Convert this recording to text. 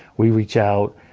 we reach out.